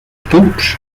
tubs